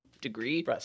degree